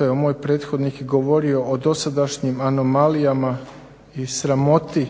evo moj prethodnik je govorio o dosadašnjim anomalijama i sramoti